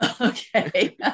Okay